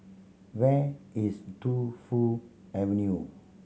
where is Tu Fu Avenue